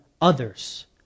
others